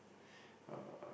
uh